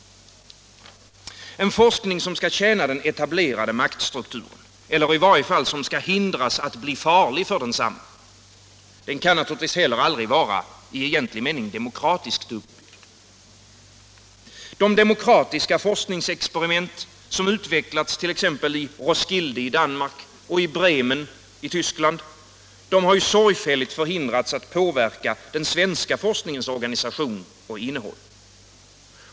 En forskning som skall tjäna den etablerade maktstrukturen — eller i varje fall som skall hindras att bli farlig för densamma — kan naturligtvis inte heller vara i egentlig mening demokratiskt uppbyggd. De demokratiska forskningsexperiment som utvecklats t.ex. i Roskilde i Danmark och i Bremen i Tyskland har sorgfälligt förhindrats att påverka den svenska forskningens organisation och innehåll.